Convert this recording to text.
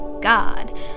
God